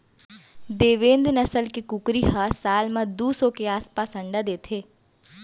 देवेन्द नसल के कुकरी ह साल म दू सौ के आसपास अंडा देथे